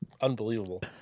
Unbelievable